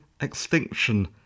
Extinction